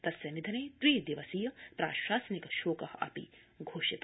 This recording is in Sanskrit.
तस्य निधने त्रि दिवसीय प्राशासनिक शोक घोषित